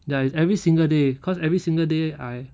ya it's every single day cause every single day I